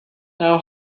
now